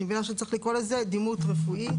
אני מבינה שצריך לקרוא לזה דימות רפואי,